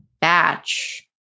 batch